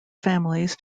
families